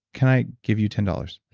can i give you ten dollars? and